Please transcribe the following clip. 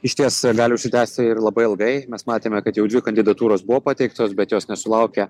išties gali užsitęsti ir labai ilgai mes matėme kad jau dvi kandidatūros buvo pateiktos bet jos nesulaukia